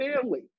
family